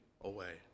away